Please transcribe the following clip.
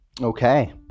okay